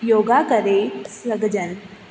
योगा करे सघिजनि